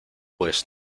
pues